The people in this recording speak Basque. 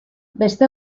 beste